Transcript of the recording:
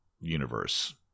universe